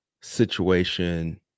situation